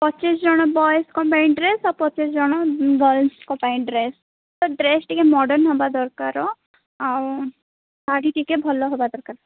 ପଚିଶି ଜଣ ବଏଜ୍ଙ୍କ ପାଇଁ ଡ୍ରେସ୍ ଆଉ ପଚିଶି ଜଣ ଗଲସ୍ଙ୍କ ପାଇଁ ଡ୍ରେସ୍ ତ ଡ୍ରେସ୍ ଟିକେ ମଡ଼ର୍ନ ହେବା ଦରକାର ଆଉ ଶାଢ଼ୀ ଟିକେ ଭଲ ହେବା ଦରକାର